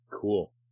Cool